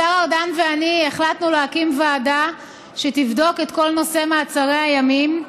השר ארדן ואני החלטנו להקים ועדה שתבדוק את כל נושא מעצרי הימים.